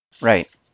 Right